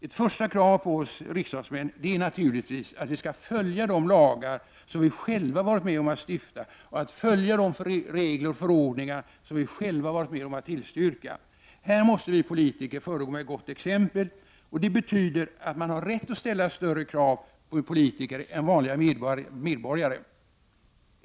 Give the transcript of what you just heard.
Ett första krav på oss riksdagsmän är naturligtvis att vi skall följa de lagar som vi själva varit med om att stifta och följa de regler och förordningar som vi själva varit med om att tillstyrka. Här måste vi politiker föregå med gott exempel. Det betyder att man har rätt att ställa större krav på politiker än på den vanlige medborgaren.